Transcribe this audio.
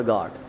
God